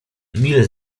mile